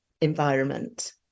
environment